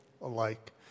alike